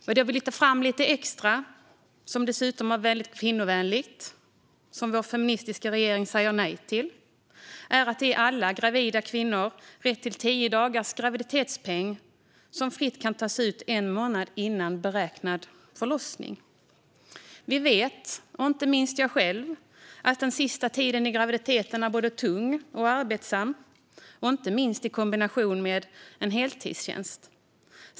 Vad jag vill lyfta fram lite extra är något som dessutom är väldigt kvinnovänligt - och något som vår feministiska regering säger nej till. Det handlar om att ge alla gravida kvinnor rätt till tio dagars graviditetspeng som fritt kan tas ut en månad före beräknad förlossning. Vi vet, inte minst jag själv, att den sista tiden i graviditeten är både tung och arbetsam, särskilt i kombination med en heltidstjänst.